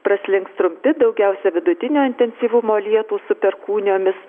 praslinks trumpi daugiausia vidutinio intensyvumo lietūs su perkūnijomis